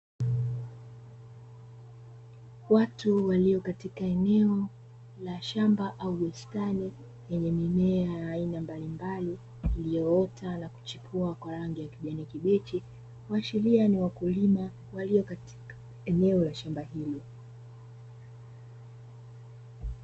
Watu walio katika eneo la shamba au bustani lenye mimea ya aina mbalimbali iliyoota na kuchipua kwa rangi ya kijani kibichi, kuashiria ni wakulima walio katika eneo la shamba hilo.